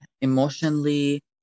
emotionally